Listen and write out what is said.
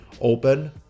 Open